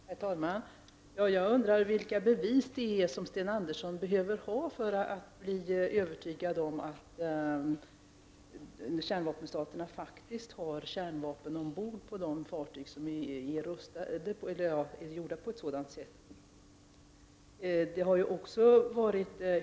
Herr talman! Jag undrar vilka bevis Sten Andersson behöver ha för att bli övertygad om att kärnvapenstaterna faktiskt har kärnvapen ombord på de fartyg som är gjorda på ett sådant sätt.